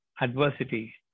adversity